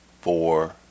four